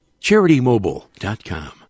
CharityMobile.com